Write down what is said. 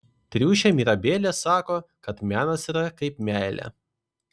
triušė mirabelė sako kad menas yra kaip meilė